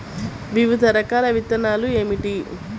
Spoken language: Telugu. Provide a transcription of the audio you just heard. వివిధ రకాల విత్తనాలు ఏమిటి?